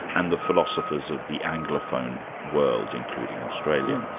and the philosophers of the anglophone world, including australia.